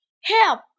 Help